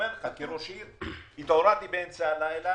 כראש עיר, התעוררתי באמצע הלילה